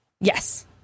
Yes